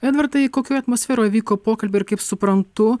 edvardai kokioj atmosferoj vyko pokalbiai ir kaip suprantu